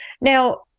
Now